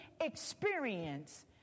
experience